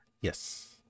yes